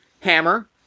hammer